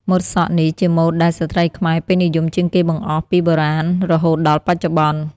ម៉ូតសក់នេះជាម៉ូតដែលស្ត្រីខ្មែរពេញនិយមជាងគេបង្អស់ពីបុរាណរហូតដល់បច្ចុប្បន្ន។